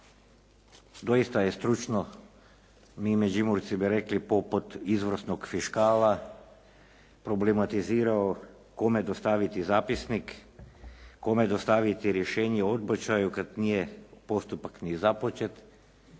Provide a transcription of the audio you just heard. doista je stručno, mi Međimurci bi rekli poput izvrsnog fiškala problematizirao kome dostaviti zapisnik, kome dostaviti rješenje o odbačaju kad nije postupak ni započet